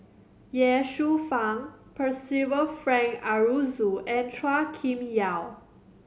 Ye Shufang Percival Frank Aroozoo and Chua Kim Yeow